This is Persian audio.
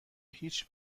هیچ